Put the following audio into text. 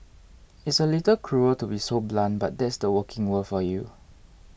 it's a little cruel to be so blunt but that's the working world for you